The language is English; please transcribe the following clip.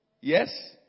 Yes